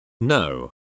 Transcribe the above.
No